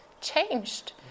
changed